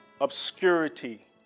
obscurity